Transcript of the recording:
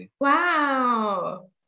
wow